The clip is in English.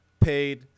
paid